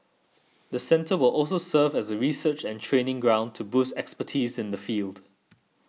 the centre will also serve as a research and training ground to boost expertise in the field